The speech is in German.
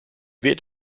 wird